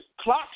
clock